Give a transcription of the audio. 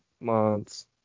months